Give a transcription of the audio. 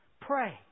Pray